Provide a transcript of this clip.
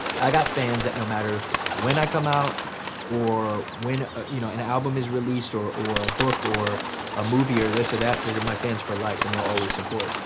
i got fans that no matter when i come out or when you know an album is released, or or a book, or a movie, or this or that, they're my fans for life and they'll always support.